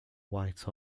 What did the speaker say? white